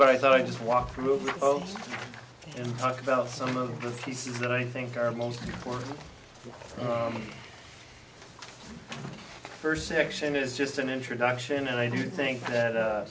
but i thought i'd just walk through and talk about some of the pieces that i think are most important the first section is just an introduction and i do think